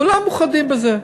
כולם מאוחדים בזה.